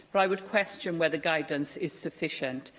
but i would question whether guidance is sufficient,